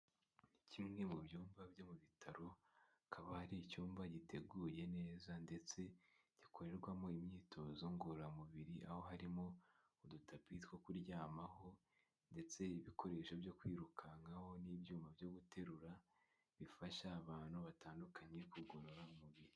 Kimwe mu byumba byo mu bitaro akaba ari icyumba giteguye neza ndetse gikorerwamo imyitozo ngororamubiri, aho harimo udutapi two kuryamaho ndetse ibikoresho byo kwirukankaho n'ibyuma byo guterura, bifasha abantu batandukanye kugorora umubiri.